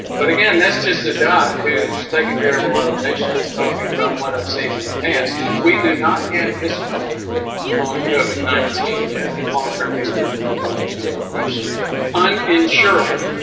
but again that's just a doc who's taking care of a lot of patients talking about what i've seen in the past we do not have history non covid nineteen yet long-term history to know the answer to that question um uninsurable